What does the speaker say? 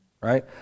right